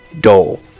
Dole